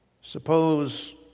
Suppose